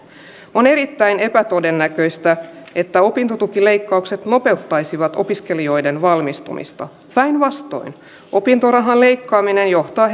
on erittäin epätodennäköistä että opintotukileikkaukset nopeuttaisivat opiskelijoiden valmistumista päinvastoin opintorahan leikkaaminen johtaa